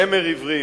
זמר עברי,